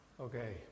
okay